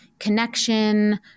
connection